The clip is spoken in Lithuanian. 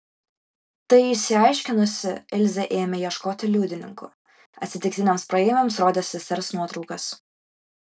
tai išsiaiškinusi ilze ėmė ieškoti liudininkų atsitiktiniams praeiviams rodė sesers nuotraukas